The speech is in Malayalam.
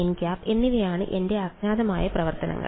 nˆ എന്നിവയാണ് എന്റെ അജ്ഞാതമായ പ്രവർത്തനങ്ങൾ